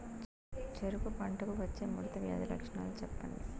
చెరుకు పంటకు వచ్చే ముడత వ్యాధి లక్షణాలు చెప్పండి?